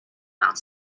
mount